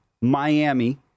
Miami